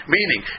Meaning